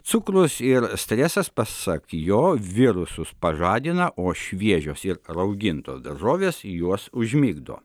cukrus ir stresas pasak jo virusus pažadina o šviežios ir raugintos daržovės juos užmigdo